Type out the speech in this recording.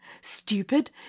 Stupid